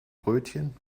brötchen